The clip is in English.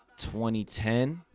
2010